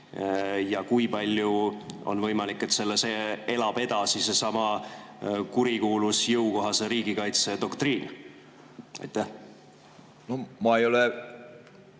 ja kui palju on võimalik, et selles elab edasi seesama kurikuulus jõukohase riigikaitse doktriin? Aitäh! No ma ei ole